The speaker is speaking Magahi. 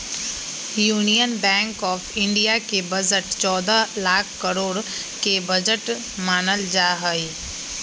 यूनियन बैंक आफ इन्डिया के बजट चौदह लाख करोड के बजट मानल जाहई